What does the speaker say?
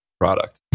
product